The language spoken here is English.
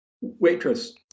Waitress